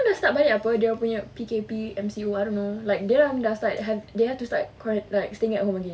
dorang dah start balik apa dorang punya P_K_P_M_C_U I don't know like dorang dah start they have to start quaran~ like staying at home again